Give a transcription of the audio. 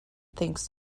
thinks